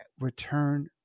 return